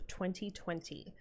2020